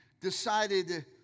decided